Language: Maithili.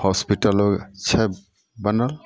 होस्पिटलो छै बनल